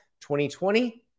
2020